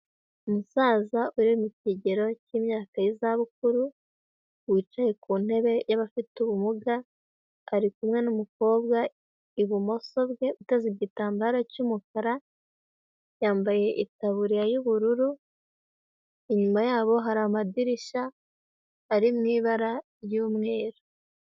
Umusaza uri mu kigero cy'imyaka y'izabukuru wicaye ku ntebe y'abafite ubumuga, ari kumwe n'umukobwa i bumoso bwe witeze igitambaro cy'umukara yambaye itaburiya y'ubururu, inyuma yabo hari amadirishya ari mu ibara ry'umweru.